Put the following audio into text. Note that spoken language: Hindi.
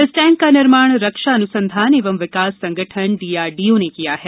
इस टैंक का निर्माण रक्षा अनुसंधान एवं विकास संगठन डीआरडीओ ने किया है